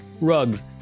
rugs